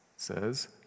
says